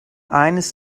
eines